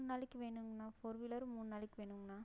அதுவும் மூணு நாளைக்கு வேணுங்ண்ணா ஃபோர் வீலர் மூணு நாளைக்கு வேணுங்ண்ணா